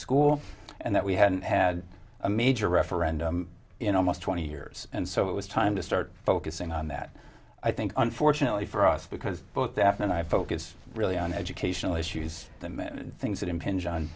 school and that we hadn't had a major referendum in almost twenty years and so it was time to start focusing on that i think unfortunately for us because both f and i focus really on educational issues the main things that impinge